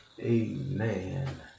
amen